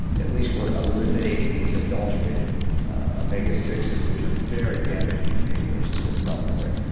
at least we're eliminating these adulterated ah omega six s, which are very damaging and dangerous to the cell membrane.